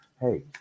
hey